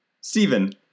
Stephen